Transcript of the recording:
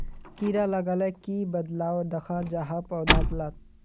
कीड़ा लगाले की बदलाव दखा जहा पौधा लात?